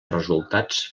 resultats